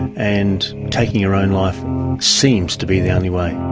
and taking your own life seems to be the only way.